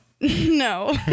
No